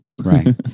Right